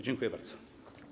Dziękuję bardzo.